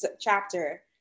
chapter